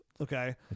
Okay